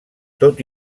tot